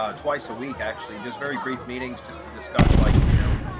ah twice a week, actually just very brief meetings, just to discuss, like, you know,